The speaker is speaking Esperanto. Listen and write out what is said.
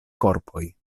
korpoj